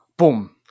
Boom